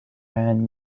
hand